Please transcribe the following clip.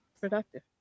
productive